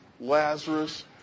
Lazarus